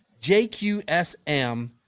JQSM